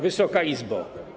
Wysoka Izbo!